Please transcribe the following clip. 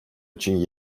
için